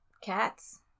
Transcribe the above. Cats